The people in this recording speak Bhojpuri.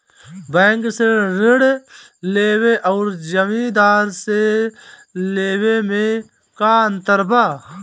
बैंक से ऋण लेवे अउर जमींदार से लेवे मे का अंतर बा?